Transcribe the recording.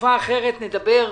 בתקופה אחרת נדבר,